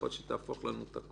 יכול להיות שתהפוך לנו הכול,